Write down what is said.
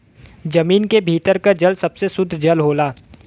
जमीन क भीतर के जल सबसे सुद्ध जल होला